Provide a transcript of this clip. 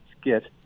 skit